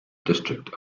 district